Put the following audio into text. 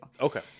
Okay